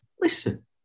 listen